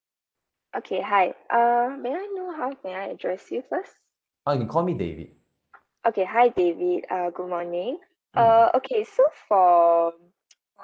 okay hi um may I know how can I address you first okay hi david uh good morning uh okay so for